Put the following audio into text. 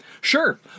Sure